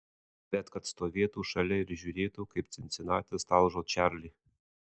bet kad stovėtų šalia ir žiūrėtų kaip cincinatis talžo čarlį